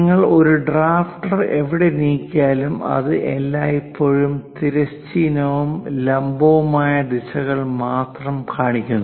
നിങ്ങൾ ഈ ഡ്രാഫ്റ്റർ എവിടെ നീക്കിയാലും അത് എല്ലായ്പ്പോഴും തിരശ്ചീനവും ലംബവുമായ ദിശകൾ മാത്രം കാണിക്കുന്നു